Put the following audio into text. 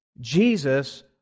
Jesus